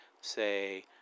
say